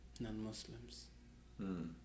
non-Muslims